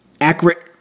accurate